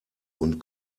und